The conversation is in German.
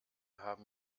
haben